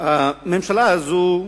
הממשלה הזאת,